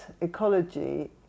ecology